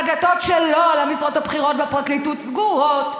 הדלתות שלו למשרות הבכירות בפרקליטות סגורות,